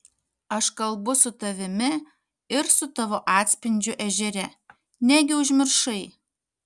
aš kalbu su tavimi ir su tavo atspindžiu ežere negi užmiršai